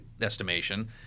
estimation